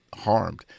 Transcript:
harmed